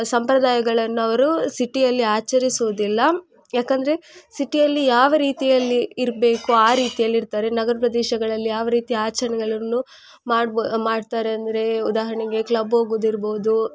ಸಂಪ್ರದಾಯಗಳನ್ನವರು ಸಿಟಿಯಲ್ಲಿ ಆಚರಿಸೋದಿಲ್ಲ ಯಾಕೆಂದ್ರೆ ಸಿಟಿಯಲ್ಲಿ ಯಾವ ರೀತಿಯಲ್ಲಿ ಇರಬೇಕು ಆ ರೀತಿಯಲ್ಲಿರ್ತಾರೆ ನಗರ ಪದೇಶಗಳಲ್ಲಿ ಯಾವ ರೀತಿ ಆಚರಣೆಗಳನ್ನು ಮಾಡ್ಬೊ ಮಾಡ್ತಾರಂದರೆ ಉದಾಹರಣೆಗೆ ಕ್ಲಬ್ ಹೋಗೋದಿರ್ಬೋದು